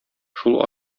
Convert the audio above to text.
шул